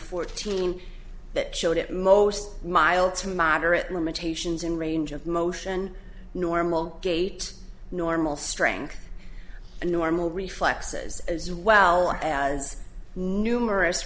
fourteen that showed at most mild to moderate limitations in range of motion normal gait normal strength and normal reflexes as well as numerous